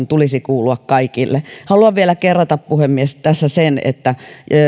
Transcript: tulisi kuulua kaikille haluan vielä kerrata puhemies tässä sen että